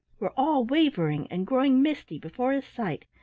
were all wavering and growing misty before his sight.